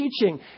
teaching